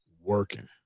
working